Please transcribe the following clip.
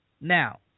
Now